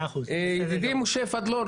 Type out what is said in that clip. ידידי משה פדלון,